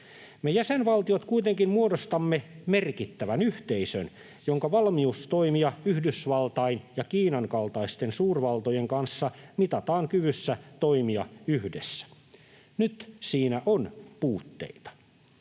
Me jäsenvaltiot kuitenkin muodostamme merkittävän yhteisön, jonka valmius toimia Yhdysvaltain ja Kiinan kaltaisten suurvaltojen kanssa mitataan kyvyssä toimia yhdessä. Nyt siinä on puutteita.